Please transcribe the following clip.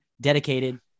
dedicated